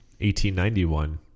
1891